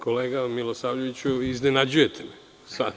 Kolega Milosavljeviću, iznenađujete me.